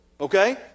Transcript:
okay